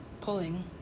Pulling